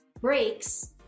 breaks